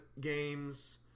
games